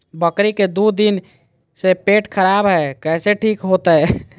बकरी के दू दिन से पेट खराब है, कैसे ठीक होतैय?